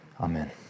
Amen